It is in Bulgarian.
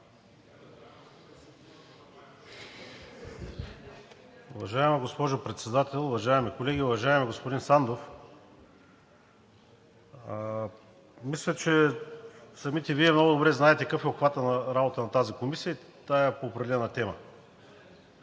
Уважаема госпожо Председател, уважаеми колеги! Уважаеми господин Сандов, мисля, че самият Вие много добре знаете какъв е обхватът на работа на тази комисия по тази определена тема.